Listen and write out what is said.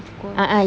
of course